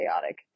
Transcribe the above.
chaotic